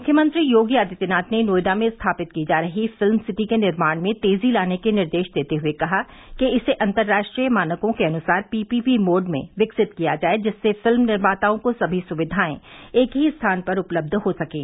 मुख्यमंत्री योगी आदित्यनाथ ने नोएडा में स्थापित की जा रही फिल्म सिटी के निर्माण में तेजी लाने के निर्देश देते हुए कहा कि इसे अन्तर्राष्ट्रीय मानकों के अनुसार पी पी पी मोड में विकसित किया जाये जिससे फिल्म निर्माताओं को सभी सुविधाएं एक ही स्थान पर उपलब्ध हो सकें